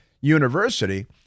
University